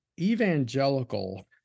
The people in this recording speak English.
Evangelical